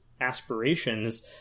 aspirations